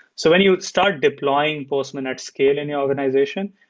so when you start deploying postman at scale in the organization,